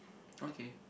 okay